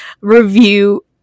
review